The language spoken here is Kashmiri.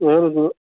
اہَن حظ